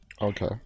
Okay